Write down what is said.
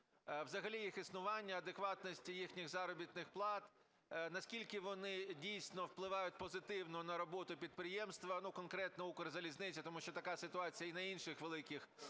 взагалі їх існування, адекватність їхніх заробітних плат? Наскільки вони дійсно впливають позитивно на роботу підприємства, ну, конкретно Укрзалізниці? Тому що така ситуація і на інших великих державних